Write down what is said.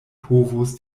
povos